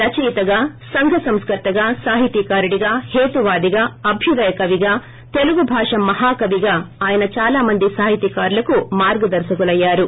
రచయితగా సంఘసంస్కర్తగా సాహితీకారుడిగా హేతువాదిగా అభ్యేదయ కవిగా తెలుగు భాష మహాకవిగా ఆయన చాలామంది సాహితికారులుకు మార్గదర్చకులయ్యారు